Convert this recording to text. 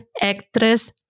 actress